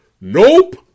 nope